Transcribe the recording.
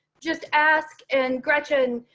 just ask and gretchen.